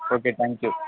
okay thank you